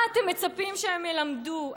מה אתם מצפים שהם ילמדו?